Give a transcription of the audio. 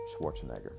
Schwarzenegger